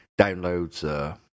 downloads